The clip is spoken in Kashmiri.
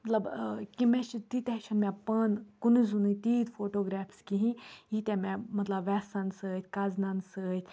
مطلب کہِ مےٚ چھِ تیٖتیٛاہ چھِنہٕ مےٚ پانہٕ کُنُے زوٚنُے تیٖتۍ فوٹوگرٛافٕس کِہیٖنۍ ییٖتیٛاہ مےٚ مطلب وٮ۪سَن سۭتۍ کَزنَن سۭتۍ